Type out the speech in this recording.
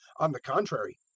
on the contrary,